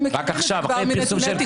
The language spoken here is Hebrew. רק עכשיו, אחרי פרסום של כלכליסט.